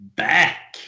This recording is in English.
back